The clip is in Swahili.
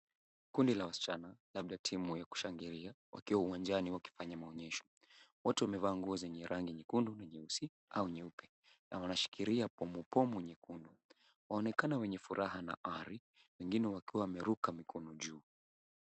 Kundi la wasichana labda timu ya kushangilia wakiwa uwanjani wakifanya maonyesho watu wamevaa nguo zenye rangi nyekundu na nyeusi au nyeupe na wanashikilia pumupumu nyekundu wanaopnekana wenye furaha na ari wengine wakiwa wameruka mikono juu.